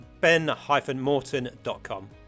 ben-morton.com